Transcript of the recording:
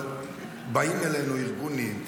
אבל באים אלינו ארגונים,